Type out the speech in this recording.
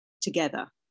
together